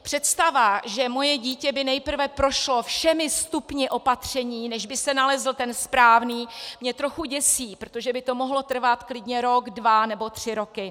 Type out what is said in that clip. Představa, že moje dítě by nejprve prošlo všemi stupni opatření, než by se nalezl ten správný, mě trochu děsí, protože by to mohlo trvat klidně rok, dva nebo tři roky.